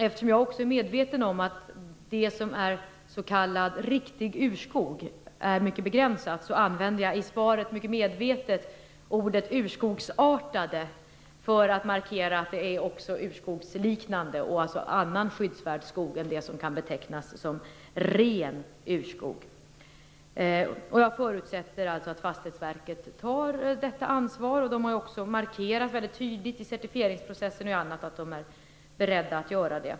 Eftersom jag också är medveten om att s.k. riktig urskog är mycket begränsad, använde jag i svaret mycket medvetet ordet urskogsartade för att markera att det också gäller urskogsliknande skog, dvs. annan skyddsvärd skog än det som kan betecknas som ren urskog. Jag förutsätter alltså att Fastighetsverket tar detta ansvar. De har ju också markerat väldigt tydligt i certifieringsprocessen och i andra sammanhang att de är beredda att göra det.